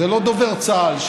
זה לא דובר צה"ל,